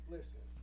Listen